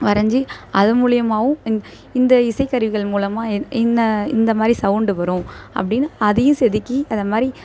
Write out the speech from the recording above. வரஞ்சு அது மூலயமாவும் இந் இந்த இசைக் கருவிகள் மூலமாக என் என்ன இந்த மாதிரி சவுண்டு வரும் அப்படினு அதையும் செதுக்கி அதை மாதிரி